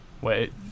Wait